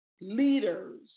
leaders